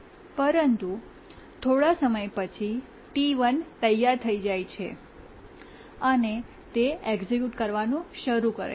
પરંતુ પછી થોડા સમય પછી T1 તૈયાર થઈ જાય છે અને તે એક્ઝેક્યુટ કરવાનું શરૂ કરે છે